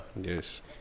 Yes